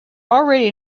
already